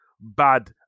bad